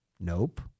Nope